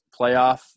playoff